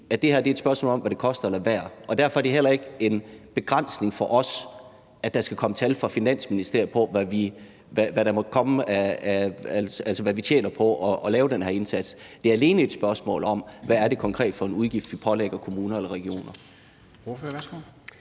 her er et spørgsmål om, hvad det koster at lade være, og derfor er det heller ikke en begrænsning for os, at der skal komme tal fra Finansministeriet om, hvad vi tjener på at lave den her indsats. Det er alene et spørgsmål om, hvad det er for en konkret udgift, vi pålægger kommuner eller regioner.